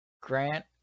Grant